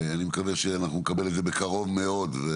אני מקווה שנקבל את זה בקרוב מאוד.